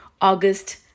August